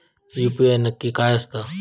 UPI नक्की काय आसता?